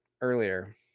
earlier